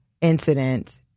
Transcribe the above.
incident